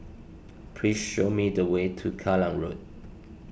please show me the way to Kallang Road